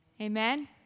Amen